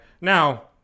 Now